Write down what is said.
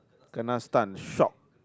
kena stun shock